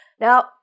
Now